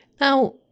Now